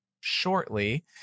shortly